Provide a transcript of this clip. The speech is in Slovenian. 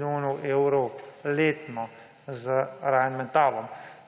milijonov evrov letno.